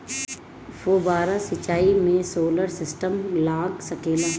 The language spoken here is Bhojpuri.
फौबारा सिचाई मै सोलर सिस्टम लाग सकेला?